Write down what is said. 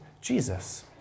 Jesus